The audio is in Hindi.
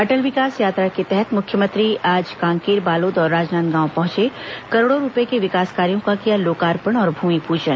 अटल विकास यात्रा के तहत मुख्यमंत्री आज कांकेर बालोद और राजनांदगांव पहुंचे करोड़ों रूपये के विकास कार्यों का किया लोकार्पण और भूमिपूजन